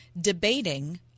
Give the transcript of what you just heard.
debating